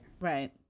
right